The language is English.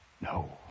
No